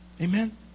Amen